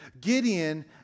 Gideon